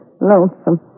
lonesome